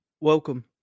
Welcome